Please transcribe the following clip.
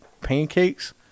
pancakes